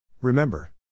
Remember